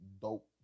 dope